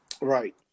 Right